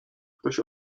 ktoś